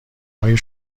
های